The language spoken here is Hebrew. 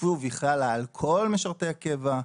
שיקפו והיא חלה על כל משרתי הקבע.